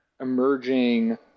emerging